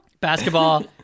Basketball